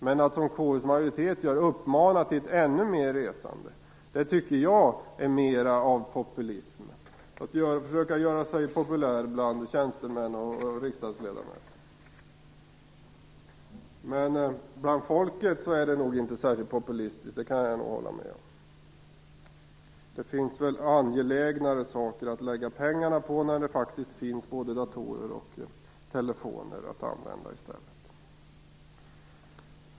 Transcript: Men att som KU:s majoritet uppmana till ännu mer resande är mer av populism, att försöka göra sig populär bland tjänstemän och riksdagsledamöter. Men bland folket är det nog inte särskilt populistiskt, det kan jag hålla med om. Det finns angelägnare saker att lägga pengarna på, när det både finns datorer och telefoner att använda i stället.